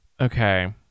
Okay